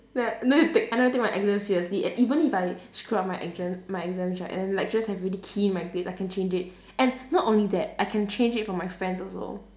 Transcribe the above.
like no need take I never take my exam seriously and even if I screw up my exam my exams right and lecturers have already key in my grades I can change it and not only that I can change it for my friends also